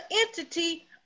entity